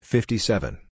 Fifty-seven